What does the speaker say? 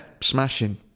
smashing